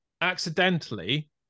accidentally